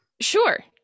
Sure